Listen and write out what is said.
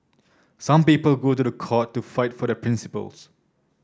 some people go to the court to fight for their principles